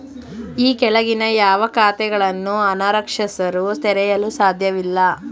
ಈ ಕೆಳಗಿನ ಯಾವ ಖಾತೆಗಳನ್ನು ಅನಕ್ಷರಸ್ಥರು ತೆರೆಯಲು ಸಾಧ್ಯವಿಲ್ಲ?